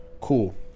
Cool